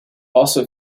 also